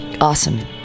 Awesome